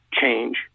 change